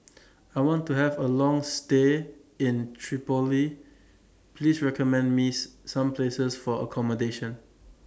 I want to Have A Long stay in Tripoli Please recommend Miss Some Places For accommodation